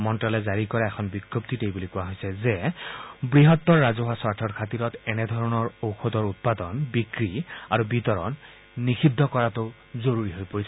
মন্ত্ৰালয়ে জাৰি কৰা এখন বিজ্ঞপ্তিত এই বুলি কোৱা হৈছে যে বৃহত্তৰ ৰাজহুৱা স্বাৰ্থৰ খাতিৰত এনেধৰণৰ ঔষধৰ উৎপাদন বিক্ৰী আৰু বিতৰণ নিষিদ্ধ কৰাটো জৰুৰী হৈ পৰিছে